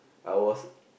I was